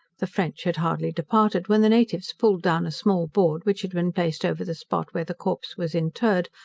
the french had hardly departed, when the natives pulled down a small board, which had been placed over the spot where the corpse was interred,